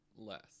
Less